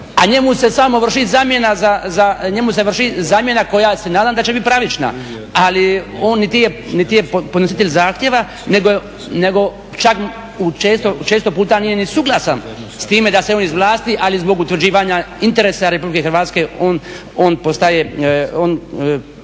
njemu se vrši zamjena koja se nadam da će bit pravična. Ali oni niti je podnositelj zahtjeva nego čak u često puta nije ni suglasan s time da se on izvlasti ali zbog utvrđivanja interesa Republike Hrvatske on postaje,